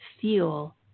fuel